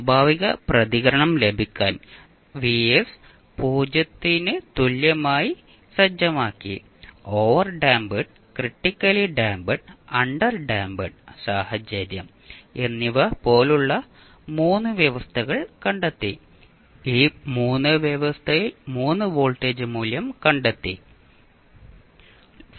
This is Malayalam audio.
സ്വാഭാവിക പ്രതികരണം ലഭിക്കാൻ Vs 0 ന് തുല്യമായി സജ്ജമാക്കി ഓവർഡാംപ്ഡ് ക്രിട്ടിക്കലി ഡാംപ്ഡ് അണ്ടർഡാമ്പ്ഡ് സാഹചര്യം എന്നിവ പോലുള്ള 3 വ്യവസ്ഥകൾ കണ്ടെത്തി ഈ 3 വ്യവസ്ഥയിൽ 3 വോൾട്ടേജ് മൂല്യം ലഭിച്ചു